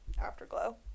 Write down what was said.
Afterglow